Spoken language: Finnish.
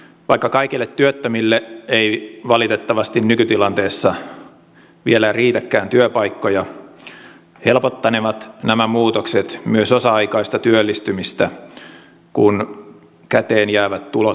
vaikka kaikille työttömille ei valitettavasti nykytilanteessa vielä riitäkään työpaikkoja helpottanevat nämä muutokset myös osa aikaista työllistymistä kun käteenjäävät tulot kasvavat